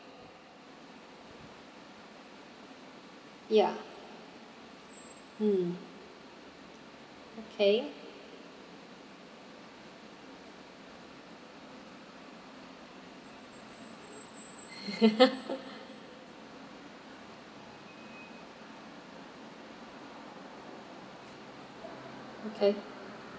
ya mm okay okay